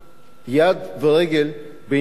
יד ורגל בעניין הזה.